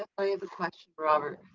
i have a question robert.